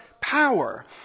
power